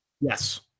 Yes